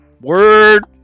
Word